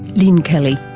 lynne kelly.